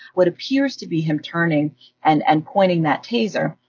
what appears to be him turning and and pointing that taser.